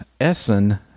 Essen